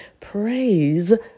Praise